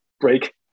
break